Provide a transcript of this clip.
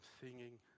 singing